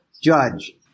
Judge